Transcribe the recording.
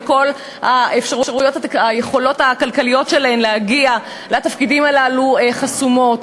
וכל היכולות הכלכליות שלהן להגיע לתפקידים הללו חסומות.